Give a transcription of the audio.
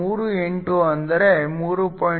38 ಅಂದರೆ 3